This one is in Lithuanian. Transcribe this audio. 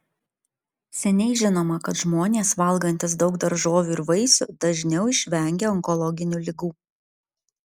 seniai žinoma kad žmonės valgantys daug daržovių ir vaisių dažniau išvengia onkologinių ligų